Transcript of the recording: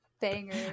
banger